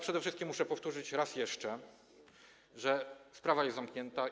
Przede wszystkim muszę powtórzyć raz jeszcze, że sprawa jest zamknięta.